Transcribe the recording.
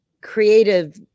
creative